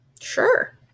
Sure